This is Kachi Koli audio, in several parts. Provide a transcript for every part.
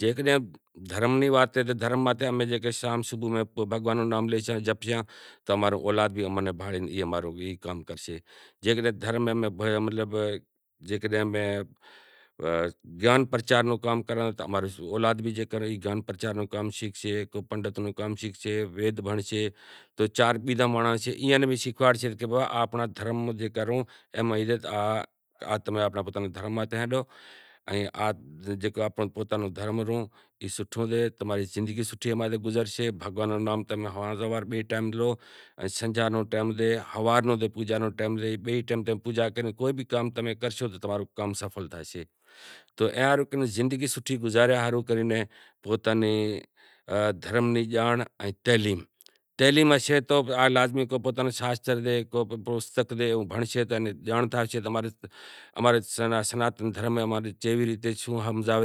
جیکڈہن دھرم نےنام ماتھے امیں دھرم نو نام جپشاں تو اماں رو اولاد بھی اماں ناں بھانڑے اماں رو ای کام کرشے جیکڈینہں امیں دھرم نی جانڑ پرچار نو کام کراں تو اماں نو اولاد بھی ای کام شیکھشے پنڈت نو کام شیکھشے وید بھنڑشے تو چار بیزاں مانڑاں نیں بھی شیکھاڑشے تو آز اماں نو پوتاں نو دھرم ریو تو اماں نی زندگی سوٹھے نمونے گزرشے، بئے ٹیم بھگوان نو نام لو ان سنجھا نو نام لو ہوارے رو پوجا کرو تو تمیں کوئی بھی کام کرشو تو تمارو کام سپھل تھیسے تو ایئا ہاروں زندگی سوٹھی گزاریا ہاروں دھرم نی جانڑ ان تعلیم ضروری سے۔ ایک وہیل او سے تو بیزو او سے اگر ایک کمزور تھئی گیو تو گاڈی نئیں ہلی شگے تو ایئا ہاروں بیاں نوں برابر تھی پوتاں نیں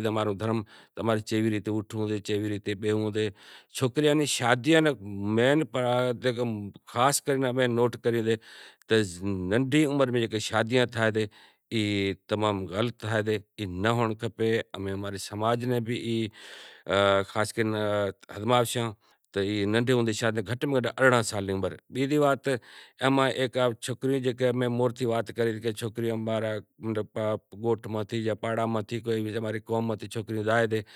ریتے ہلنوو سے۔ ہیکے بیزے نی صلاح سولی تے ہلشے اے بیزو بھی ایوا پرابلم تھئسیں کہ خودکشیوں کری راشیں جاں کو سوکری ایوی ہوشے مطلب آخر بیزاں بھیڑی زاتی بھی راہسے تو ای اماں ری قوم ماں ہندو سماج ماں بدہاں رو مسئلا سے۔ کہ سوکری بیزاں بھیگی بھاگی زائے چمکہ دھرم نی جانڑ ناں ہمیں موہرتی وات کری گوٹھ متھی جاں پاڑاں متھی سوکریاں زائیں